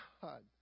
God